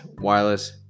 wireless